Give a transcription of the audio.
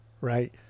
right